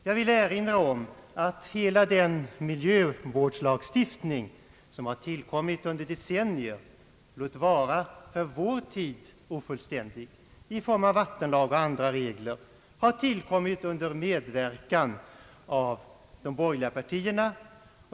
Jag vill erinra om att hela den miljövårdslagstiftning som har tillkommit under decennier, låt vara för vår tid ofullständig, i form av vattenlag och andra regler, skett under medverkan av de borgerliga partierna.